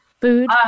food